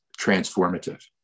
transformative